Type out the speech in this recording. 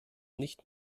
nicht